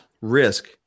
risk